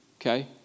Okay